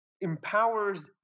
empowers